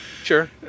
Sure